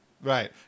Right